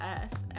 earth